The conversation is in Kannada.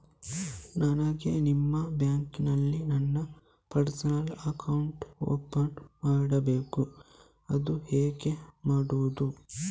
ನನಗೆ ನಿಮ್ಮ ಬ್ಯಾಂಕಿನಲ್ಲಿ ನನ್ನ ಪರ್ಸನಲ್ ಅಕೌಂಟ್ ಓಪನ್ ಮಾಡಬೇಕು ಅದು ಹೇಗೆ ಮಾಡುವುದು?